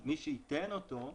מי שייתן אותו,